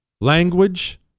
Language